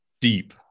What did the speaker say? deep